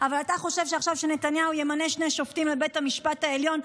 אבל אתה חושב שעכשיו שנתניהו ימנה שני שופטים לבית המשפט העליון,